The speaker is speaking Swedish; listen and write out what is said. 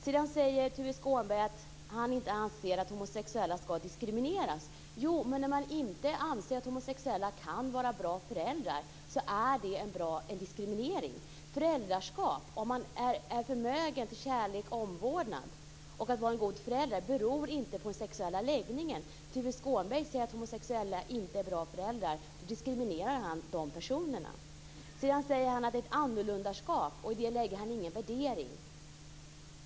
Sedan säger Tuve Skånberg att han inte anser att homosexuella ska diskrimineras. Men när man inte anser att homosexuella kan vara bra föräldrar så är det en form av diskriminering. Föräldraskap, om man är förmögen till kärlek, omvårdnad och att vara en god förälder, beror inte på den sexuella läggningen. Tuve Skånberg säger att homosexuella inte är bra föräldrar. Då diskriminerar han de personerna. Sedan säger han att det medför ett annorlundaskap, och i det lägger han ingen värdering.